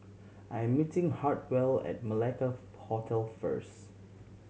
I'm meeting Hartwell at Malacca Hotel first